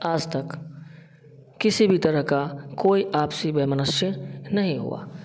आज तक किसी भी तरह का कोई आपसी वैमनस्य नहीं हुआ